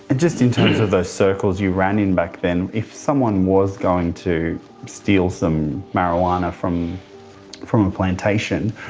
and just in terms of the circles you ran in back then, if someone was going to steal some marijuana from from a plantation,